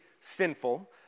sinful